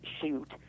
shoot